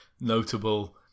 notable